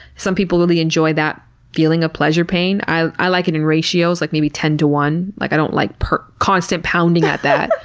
some people really enjoy that feeling of pleasure-pain. i i like it in ratios, like maybe ten to one. like i don't like constant pounding at that.